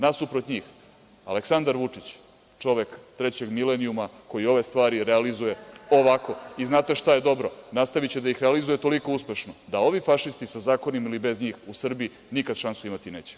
Nasuprot njih, Aleksandar Vučić, čovek trećeg milenijuma, koji ove stvari realizuje ovako, i znate šta je dobro, nastaviće da ih realizuje toliko uspešno da ovi fašisti, sa zakonima ili bez njih, u Srbiji nikad šansu imati neće.